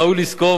ראוי לזכור,